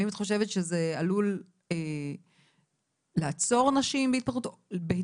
האם את חושבת שזה עלול לעצור נשים בהתפתחותן